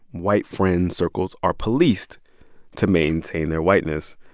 white friend circles are policed to maintain their whiteness.